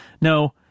no